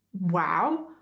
wow